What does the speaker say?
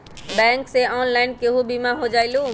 Bank से online केहु बिमा हो जाईलु?